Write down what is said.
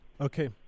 Okay